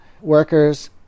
workers